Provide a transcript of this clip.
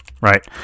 right